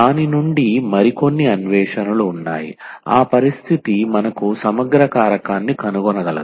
దాని నుండి మరికొన్ని అన్వేషణలు ఉన్నాయి ఆ పరిస్థితి మనకు సమగ్ర కారకాన్ని కనుగొనగలదు